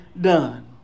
done